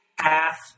path